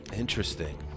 Interesting